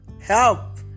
help